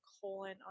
colon